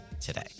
today